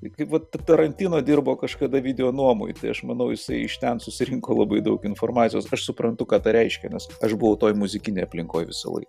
kaip vat ta tarantino dirbo kažkada video nuomoj tai aš manau jisai iš ten susirinko labai daug informacijos aš suprantu ką reiškia nes aš buvau toj muzikinėj aplinkoj visąlaik